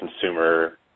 consumer